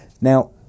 now